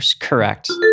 correct